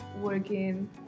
working